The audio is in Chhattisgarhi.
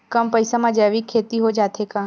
कम पईसा मा जैविक खेती हो जाथे का?